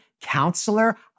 counselor